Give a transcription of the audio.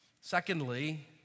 Secondly